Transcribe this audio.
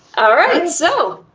all right so.